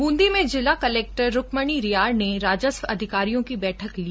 बूंदी में जिला कलेक्टर रूकमणी रियार ने राजस्व अधिकारियों की बैठक ली